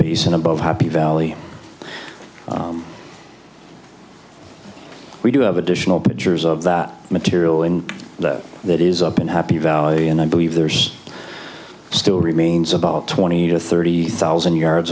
piece and above happy valley we do have additional pictures of that material in that that is up in happy valley and i believe there's still remains about twenty to thirty thousand yards